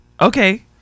Okay